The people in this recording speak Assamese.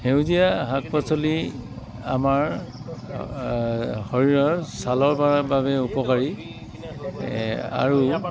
সেউজীয়া শাক পাচলি আমাৰ শৰীৰৰ ছালৰ বাবে উপকাৰী আৰু